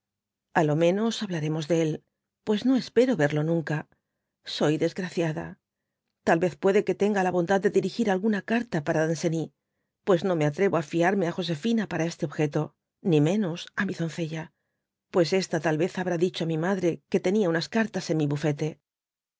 a lo menos hablaremos de é pues no espero verlo nanea soy desgraciada tal tez puede qae tenga la bondad de dirigir alguna carta para danceny pues no me atrevo á fiarme á josefina para este objeto ni máios á mi doncella pues esta tal vez habrá dicho á mi madre que tenia unas cartas en mi bufete